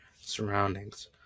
surroundings